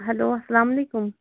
hello اَلسلام علیکُم